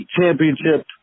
championship